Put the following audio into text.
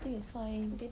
think it's fine